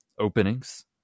openings